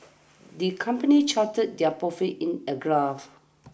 the company charted their profits in a graph